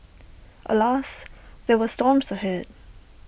alas there were storms ahead